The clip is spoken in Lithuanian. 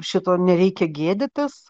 šito nereikia gėdytis